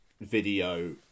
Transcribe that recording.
video